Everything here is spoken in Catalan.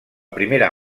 primera